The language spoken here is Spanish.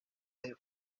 desde